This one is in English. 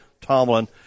Tomlin